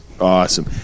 awesome